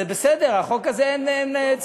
זה בסדר, בחוק הזה אין צורך.